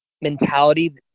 mentality